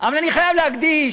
אבל אני חייב להקדיש,